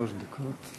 שלוש דקות.